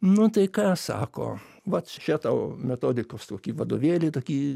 nu tai ką sako vat še tau metodikos tokį vadovėlį tokį